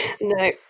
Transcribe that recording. No